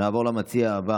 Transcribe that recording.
נעבור למציע הבא,